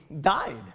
died